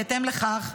בהתאם לכך,